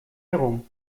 bescherung